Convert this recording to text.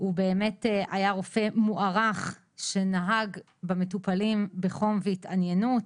הוא באמת היה רופא מוערך שנהג במטופלים בחום והתעניינות.